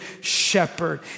shepherd